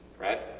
right?